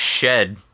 shed